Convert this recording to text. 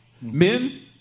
Men